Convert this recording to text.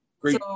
Great